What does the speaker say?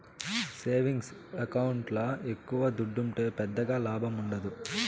savings ఎకౌంట్ల ఎక్కవ దుడ్డుంటే పెద్దగా లాభముండదు